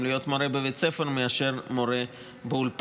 להיות מורה בבית ספר מאשר מורה באולפן.